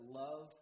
love